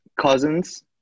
Cousins